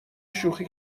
شوخی